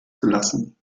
gelassen